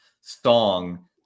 song